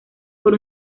por